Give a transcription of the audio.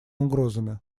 угрозами